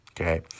Okay